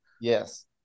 Yes